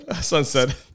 Sunset